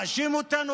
מאשים אותנו,